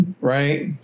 right